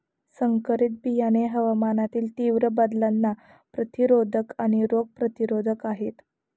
संकरित बियाणे हवामानातील तीव्र बदलांना प्रतिरोधक आणि रोग प्रतिरोधक आहेत